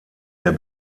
der